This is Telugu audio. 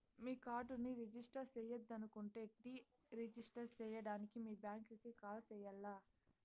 మీ కార్డుని రిజిస్టర్ చెయ్యొద్దనుకుంటే డీ రిజిస్టర్ సేయడానికి మీ బ్యాంకీకి కాల్ సెయ్యాల్ల